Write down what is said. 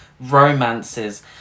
Romances